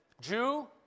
Jew